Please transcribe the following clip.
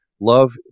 Love